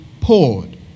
poured